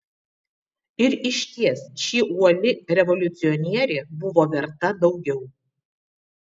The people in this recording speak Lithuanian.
ir išties ši uoli revoliucionierė buvo verta daugiau